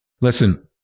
listen